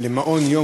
מאיר